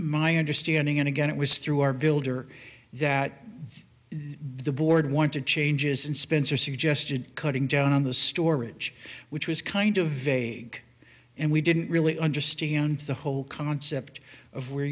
my understanding and again it was through our builder that the board want to changes and spencer suggestion cutting down on the storage which was kind of vague and we didn't really understand the whole concept of where